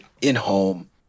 in-home